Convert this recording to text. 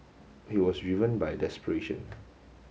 he was driven by desperation